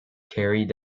carried